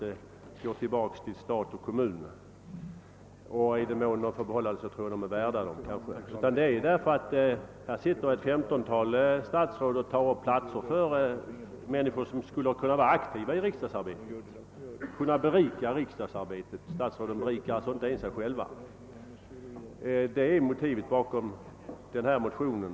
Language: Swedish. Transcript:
Det går tillbaka till stat och kommun och i den mån de får behålla något tror jag de är värda det. Här sitter emellertid ett femtiotal statsråd och tar upp platser för människor som skulle kunna vara aktiva i riksdagen och berika riksdagsarbetet — statsråden berikar inte ens sig själva. — Detta är motivet bakom motionen.